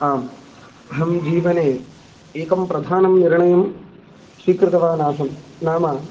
आम् अहं जीवने एकं प्रधानं निर्णयं स्वीकृतवानासं नाम